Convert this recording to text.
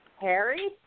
Harry